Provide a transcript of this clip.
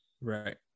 Right